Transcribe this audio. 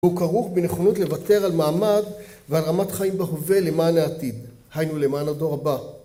הוא כרוך בנכונות לוותר על מעמד ועל רמת חיים בהווה למען העתיד, היינו למען הדור הבא.